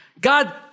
God